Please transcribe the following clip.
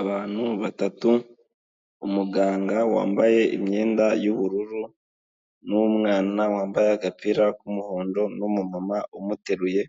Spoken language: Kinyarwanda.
Abantu batatu, umuganga wambaye imyenda y'ubururu n'umwana wambaye agapira k'umuhondo n'umumama umuteruye,